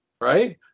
right